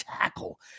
tackle